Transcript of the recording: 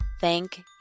thank